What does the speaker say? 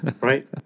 Right